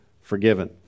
forgiven